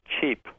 cheap